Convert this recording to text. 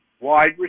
wide